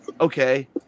Okay